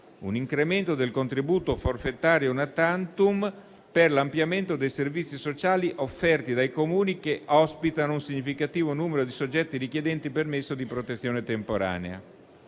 un incremento del contributo forfettario *una tantum* per l'ampliamento dei servizi sociali offerti dai Comuni che ospitano un significativo numero di soggetti richiedenti permesso di protezione temporanea.